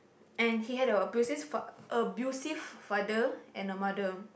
and he had a abusive fa~ abusive father and a mother